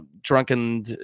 drunken